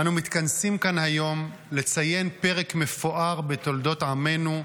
אנו מתכנסים כאן היום לציין פרק מפואר בתולדות עמנו,